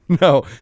No